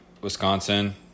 wisconsin